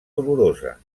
dolorosa